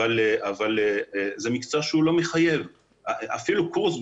אבל זה מקצוע שהוא לא מחייב אפילו קורס.